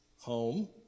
home